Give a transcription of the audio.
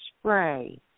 spray